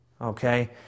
okay